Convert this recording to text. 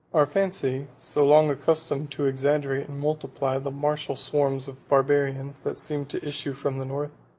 our fancy, so long accustomed to exaggerate and multiply the martial swarms of barbarians that seemed to issue from the north,